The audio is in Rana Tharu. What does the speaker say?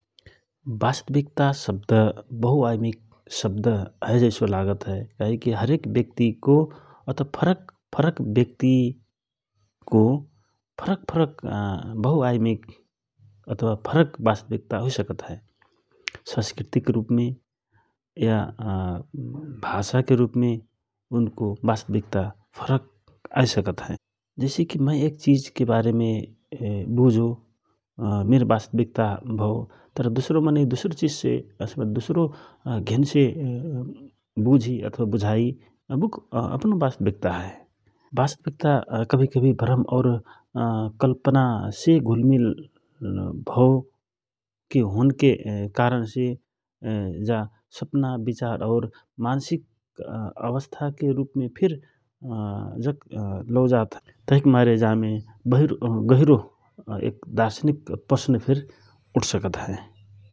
वास्तविुकता शब्द बहुआयमिक शब्द हए जैसो लागत हए । काहेकि हरेक व्याक्तिको अथवा फरक फरक व्यक्तिको फरक फरक बहुआयमिक अथवा फरक वास्तविक्ता हुइ सकतहए । संस्कृतिक रूपमे या भाषा के रूपमे उनको वास्तविक्ता फरक आइसकत हए । जैसे कि मय एक चिज के बारेमे बुझो बो मिर बास्तविक्ता भाव तर दुसरो आदमी घेन से बुझि अथवा बुझाइ बुक अपनो वास्तविकता हए, वास्तविक्ता कभि कभि भ्रम और कल्पना से घुलमिल भव के होनके कारण से जा सप्ना, विचार और मान्सिक आवस्थाके रूपमे फिर जक लौ जात हए तहिक मारे जामे गहिरो दार्शनिक प्रश्न फिर उठसकत हए ।